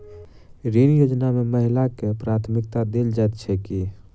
ऋण योजना मे महिलाकेँ प्राथमिकता देल जाइत छैक की?